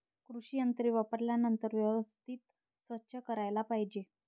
कृषी यंत्रे वापरल्यानंतर व्यवस्थित स्वच्छ करायला पाहिजे